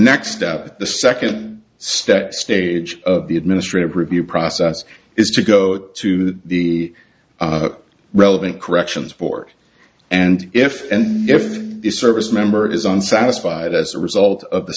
step the second step stage of the administrative review process is to go to the relevant corrections board and if and if the service member is unsatisfied as a result of the